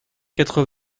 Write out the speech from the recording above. quatre